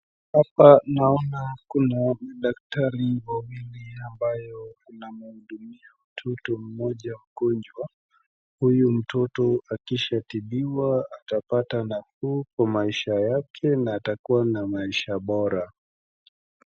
Hapa naona kuna daktari wawili ambao wanamhudumia mtoto mmoja mgomjwa, huyu mtoto akishatibiwa atapata nafuu kwa maisha yake na atakuwa na maisha bora.